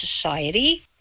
society